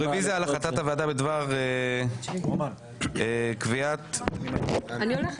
רוויזיה על החלטת הוועדה בדבר קביעת --- אני הולכת.